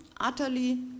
utterly